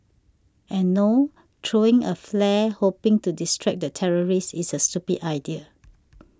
and no throwing a flare hoping to distract the terrorist is a stupid idea